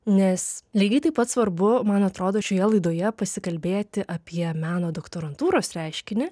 nes lygiai taip pat svarbu man atrodo šioje laidoje pasikalbėti apie meno doktorantūros reiškinį